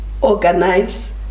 Organize